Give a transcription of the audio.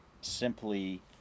simply